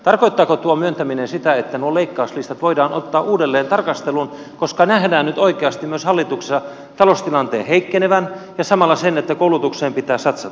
tarkoittaako tuo myöntäminen sitä että nuo leikkauslistat voidaan ottaa uudelleen tarkasteluun koska nähdään nyt oikeasti myös hallituksessa taloustilanteen heikkenevän ja samalla se että koulutukseen pitää satsata